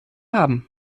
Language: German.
haben